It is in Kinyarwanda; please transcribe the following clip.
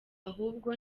ahubwo